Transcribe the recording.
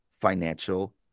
financial